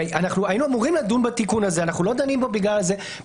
הרי היינו אמורים לדון בנוסח של התיקון